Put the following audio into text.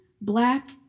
Black